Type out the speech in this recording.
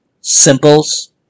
symbols